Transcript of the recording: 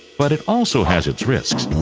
but it also has its risks.